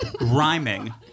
rhyming